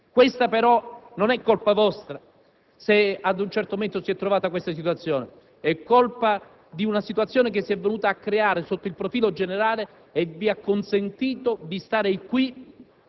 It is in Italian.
decidere. Non è colpa vostra se ad un certo momento si è creata questa situazione. È colpa di una situazione che si è venuta a creare sotto il profilo generale e che vi ha consentito di stare qui